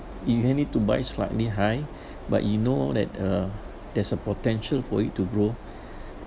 you might need to buy slightly high but you know that uh there's a potential for it to grow